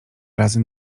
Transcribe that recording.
razy